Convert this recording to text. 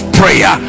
prayer